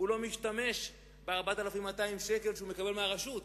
הוא לא משתמש ב-4,200 שקל שהוא מקבל מהרשות.